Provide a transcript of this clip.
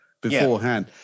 beforehand